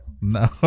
No